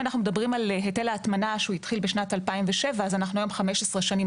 היטל ההטמנה התחיל בשנת 2007. היום אנחנו 15 שנים